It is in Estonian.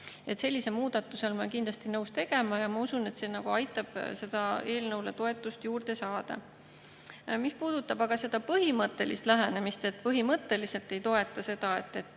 Sellise muudatuse ma olen kindlasti nõus tegema. Ja ma usun, et see aitab sellele eelnõule toetust juurde saada. Mis puudutab aga põhimõttelist lähenemist, et põhimõtteliselt ei toetata